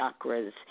chakras